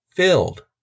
Filled